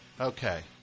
Okay